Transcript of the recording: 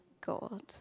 God